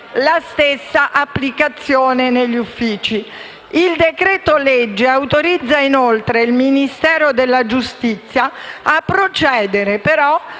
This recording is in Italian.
la stessa applicazione negli uffici. Il decreto-legge autorizza inoltre il Ministero della giustizia a procedere, però,